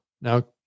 Now